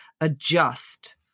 adjust